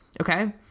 Okay